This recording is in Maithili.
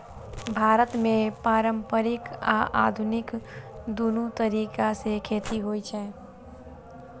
भारत मे पारंपरिक आ आधुनिक, दुनू तरीका सं खेती होइ छै